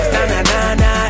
Na-na-na-na